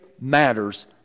matters